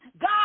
God